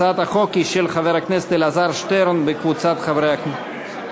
הצעת החוק היא של חבר הכנסת אלעזר שטרן וקבוצת חברי הכנסת,